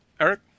Eric